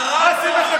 אביר, תודה.